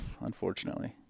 unfortunately